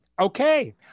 okay